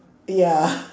ya